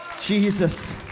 Jesus